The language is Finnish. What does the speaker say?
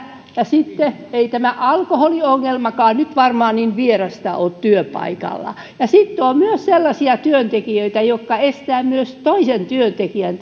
ei alkoholiongelmakaan nyt varmaan niin vierasta ole työpaikoilla ja sitten on sellaisia työntekijöitä jotka estävät myös toisen työntekijän